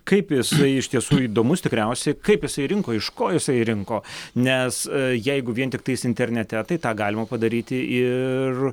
kaip jisai iš tiesų įdomus tikriausiai kaip jisai rinko iš ko jisai rinko nes jeigu vien tiktais internete tai tą galima padaryti ir